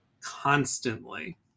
constantly